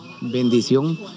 bendición